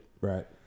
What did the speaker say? Right